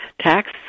tax